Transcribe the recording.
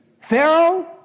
Pharaoh